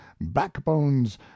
backbones